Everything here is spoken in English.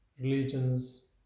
religions